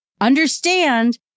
Understand